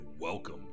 welcome